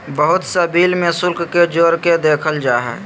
बहुत सा बिल में शुल्क के जोड़ के देखल जा हइ